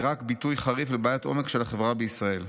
היא רק ביטוי חריף לבעיית עומק של החברה בישראל.